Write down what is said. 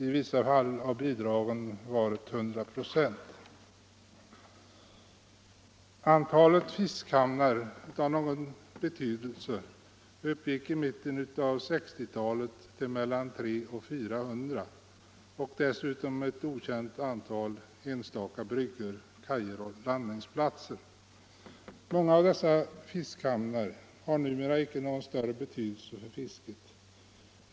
I vissa fall har bidragen varit 100 96. Många av dessa fiskehamnar har numera icke någon större betydelse för fisket.